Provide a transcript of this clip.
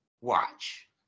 watch